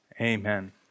Amen